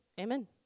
Amen